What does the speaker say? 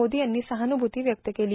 मोदी यांनी सहानुभूती व्यक्त केली